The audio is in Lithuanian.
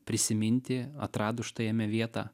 prisiminti atradus štai jame vietą